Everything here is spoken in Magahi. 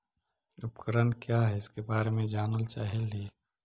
उपकरण क्या है इसके बारे मे जानल चाहेली?